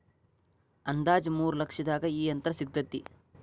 ಅಂದಾಜ ಮೂರ ಲಕ್ಷದಾಗ ಈ ಯಂತ್ರ ಸಿಗತತಿ